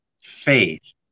faith